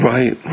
Right